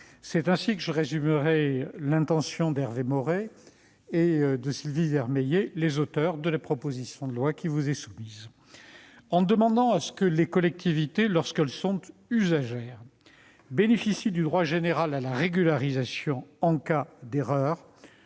C'est ainsi que je résumerai l'intention d'Hervé Maurey et de Sylvie Vermeillet, les auteurs de la proposition de loi qui nous est soumise. En demandant que les collectivités, lorsqu'elles sont usagères, bénéficient du droit général à la régularisation en cas d'erreur